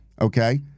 Okay